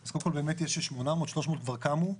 אז קודם כל יש 800. 300 כבר קמו,